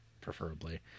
preferably